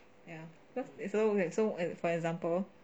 ya because it's so weird so for example